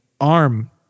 arm